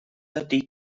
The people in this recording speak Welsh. ydy